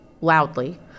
loudly—